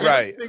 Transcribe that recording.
Right